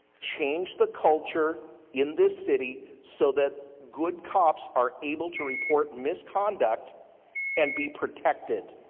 change the culture in this city so that good cops are able to report misconduct and be protected.